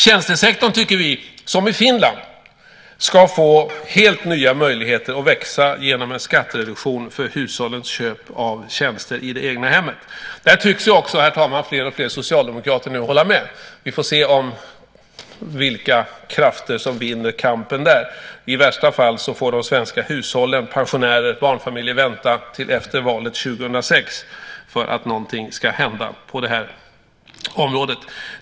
Tjänstesektorn tycker vi - som i Finland - ska få helt nya möjligheter att växa genom en skattereduktion för hushållens köp av tjänster i det egna hemmet. Där tycks, herr talman, fler och fler socialdemokrater nu hålla med. Vi får se vilka krafter som vinner kampen. I värsta fall får de svenska hushållen - pensionärer och barnfamiljer - vänta till efter valet 2006 för att någonting ska hända på det området.